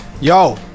yo